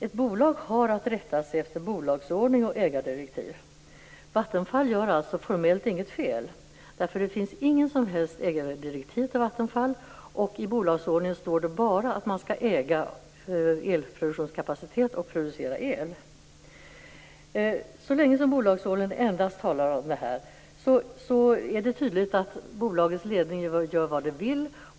Ett bolag har att rätta sig efter bolagsordning och ägardirektiv. Vattenfall gör formellt alltså inget fel, eftersom det inte finns några som helst ägardirektiv till Vattenfall. Och i bolagsordningen står det bara att man skall äga elproduktionskapacitet och producera el. Så länge det i bolagsordningen talas endast om detta är det tydligt att bolagets ledning gör vad den vill.